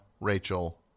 Rachel